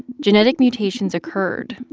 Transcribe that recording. genetic mutations occurred,